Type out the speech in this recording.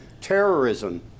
terrorism